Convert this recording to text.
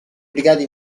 brigate